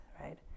right